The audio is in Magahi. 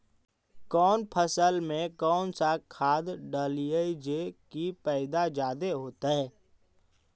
कौन फसल मे कौन सा खाध डलियय जे की पैदा जादे होतय?